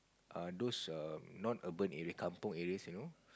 a those a non urban areas kampong areas you know